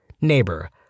Neighbor